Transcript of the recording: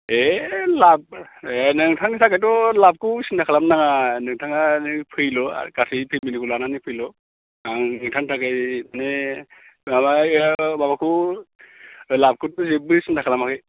एह लाभ नोंथांनि थाखायथ' लाभखौ सिन्था खालामनो नाङा नोंथाङा नों फैल' आरो गासै पेमिलिखौ लानानै फैल' आं नोंथांनि थाखाय माने माबाया माबाखौ लाभखौथ' जेबो सिन्था खालामाखै